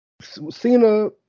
Cena